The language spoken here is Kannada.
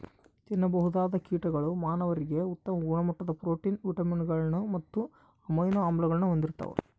ತಿನ್ನಬಹುದಾದ ಕೀಟಗಳು ಮಾನವರಿಗೆ ಉತ್ತಮ ಗುಣಮಟ್ಟದ ಪ್ರೋಟೀನ್, ವಿಟಮಿನ್ಗಳು ಮತ್ತು ಅಮೈನೋ ಆಮ್ಲಗಳನ್ನು ಹೊಂದಿರ್ತವ